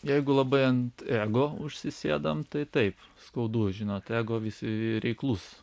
jeigu labai ant ego užsisėdam tai taip skaudu žinot ego visi reiklus